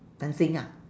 dancing ah